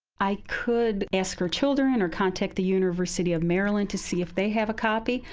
i could ask her children or contact the university of maryland to see if they have a copy.